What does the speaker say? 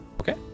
Okay